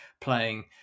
playing